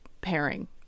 pairing